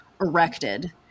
erected